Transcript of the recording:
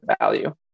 value